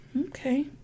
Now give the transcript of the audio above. Okay